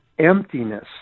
emptiness